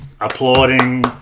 applauding